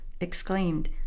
exclaimed